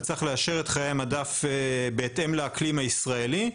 צריך לאשר את חיי המדף בהתאם לאקלים הישראלי,